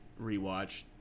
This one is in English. rewatched